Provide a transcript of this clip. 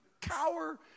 cower